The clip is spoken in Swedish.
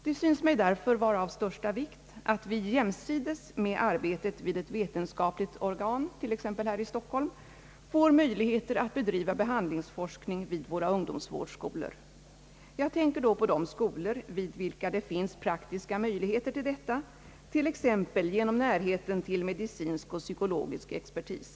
Det synes mig därför vara av största vikt att vi jämsides med arbetet vid ett vetenskapligt organ, t.ex. här i Stockholm, får möjligheter att bedriva behandlingsforskning vid våra ungdomsvårdsskolor. Jag tänker därvid på de skolor vid vilka det finns praktiska möjligheter att bedriva sådan forskning, såsom genom närheten till medicinsk och psykologisk expertis.